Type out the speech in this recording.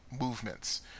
movements